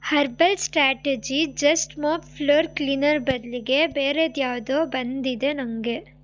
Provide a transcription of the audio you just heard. herbal strategy just mop floor cleaner ಬದಲಿಗೆ ಬೇರೇದ್ಯಾವುದೋ ಬಂದಿದೆ ನನಗೆ